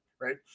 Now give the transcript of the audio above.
right